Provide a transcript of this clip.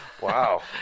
Wow